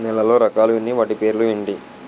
నేలలో రకాలు ఎన్ని వాటి పేర్లు ఏంటి?